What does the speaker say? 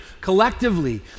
collectively